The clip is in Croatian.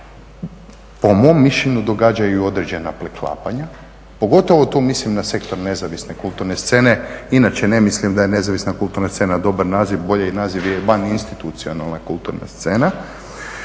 po mom mišljenju događaju određena preklapanja. Pogotovo tu mislim na sektor nezavisne kulturne scene. Inače ne mislim da je nezavisna kulturna scena dobar naziv, bolji naziv je vaninstitucionalna kulturna scena,